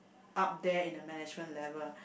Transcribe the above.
up there in the management level